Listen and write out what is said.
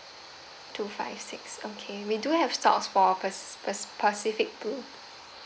two five six okay we do have stock for pac~ pacific blue